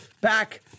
back